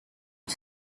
for